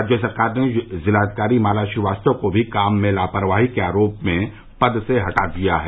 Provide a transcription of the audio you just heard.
राज्य सरकार ने जिलाधिकारी माला श्रीवास्तव को भी काम में लापरवाही के आरोप में पद से हटा दिया है